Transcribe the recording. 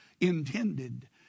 intended